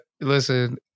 Listen